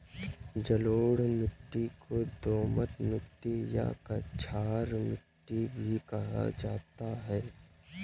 जलोढ़ मिट्टी को दोमट मिट्टी या कछार मिट्टी भी कहा जाता है